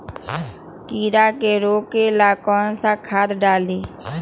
कीड़ा के रोक ला कौन सा खाद्य डाली?